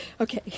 Okay